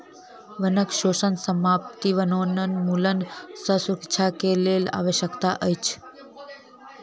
वनक शोषण समाप्ति वनोन्मूलन सँ सुरक्षा के लेल आवश्यक अछि